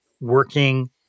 working